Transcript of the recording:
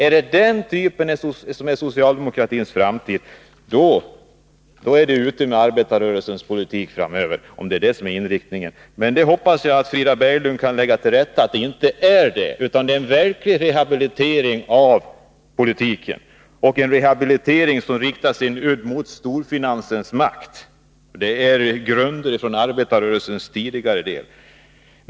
Är det det som är inriktningen på socialdemokratins industripolitik är det ute med arbetarrörelsen framöver. Men jag hoppas att Frida Berglund kan göra ett tillrättaläggande som visar att det inte är det och att syftet är en verklig rehabilibering av politiken, en rehabilitering som riktar sin udd mot storfinansens makt och som är grundad på den tidiga arbetarrörelsens tankar.